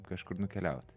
kažkur nukeliaut